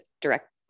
direct